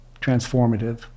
transformative